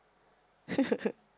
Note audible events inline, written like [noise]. [laughs]